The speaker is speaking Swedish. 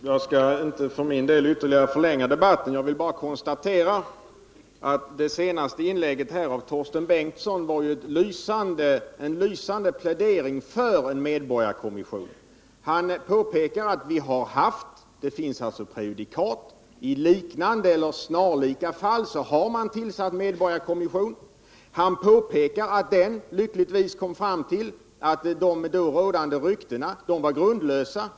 Herr talman! Jag skall inte förlänga debatten, men jag vill bara konstatera att det senaste inlägget här av Torsten Bengtson var en lysande plädering för en medborgarkommission. Han påpekar att vi har haft en sådan — det finns alltså prejudikat. I liknande eller snarlika fall har man tillsatt en medborgarkommission. Han påpekar att dén lyckligtvis kom fram till att de då spridda ryktena var grundlösa.